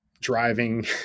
driving